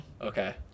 Okay